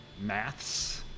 Maths